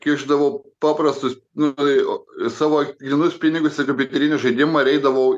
kišdavau paprastus nu tai savo grynus pinigus į kompiuterinį žaidimą ir eidavau